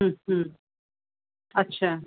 اچھا